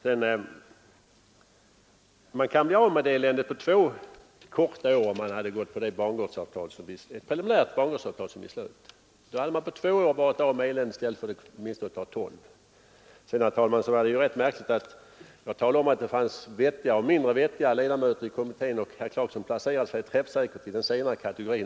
Man kunde ha blivit av med detta elände på endast två år i stället för tolv år, om man gått in för ett sådant preliminärt bangårdsavtal som Helsingborg träffat med SJ. Det var vidare, herr talman, märkligt att sedan jag hade nämnt att det fanns vettiga och mindre vettiga ledamöter i kommittén placerade sig herr Clarkson ögonblickligen träffsäkert i den senare kategorin.